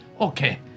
okay